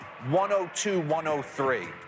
102-103